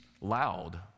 loud